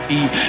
eat